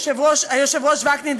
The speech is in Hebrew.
היושב-ראש וקנין,